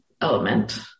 element